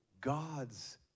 God's